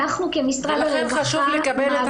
אנחנו כמשרד הרווחה.- -- לכן חשוב לי לקבל את